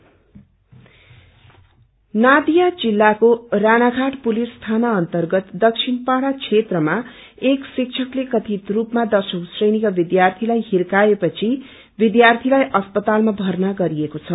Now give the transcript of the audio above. crime Bengal Nadia जिल्लाको Ranaghat police थाना अन्तर्गत दक्षिण पाड़ा क्षेत्रमा एक श्रिक्षकले कथित रूपमा दसौँ श्रेणीका विद्यार्थीलाई हिर्काए पछि विद्यार्थीलाई अस्पतालमा भर्ना गरिएको छ